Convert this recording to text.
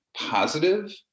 positive